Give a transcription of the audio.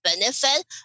benefit